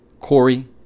Corey